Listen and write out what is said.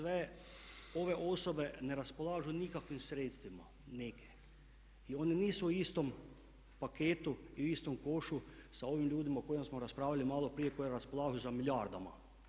Sve ove osobe ne raspolažu nikakvim sredstvima i one nisu u istom paketu i u istom košu sa ovim ljudima o kojima smo raspravljali maloprije koji raspolažu sa milijardama.